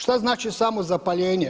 Šta znači samozapaljenje?